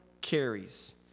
carries